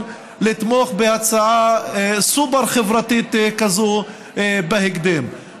לתמוך בהצעה סופר-חברתית כזאת בהקדם.